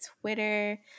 twitter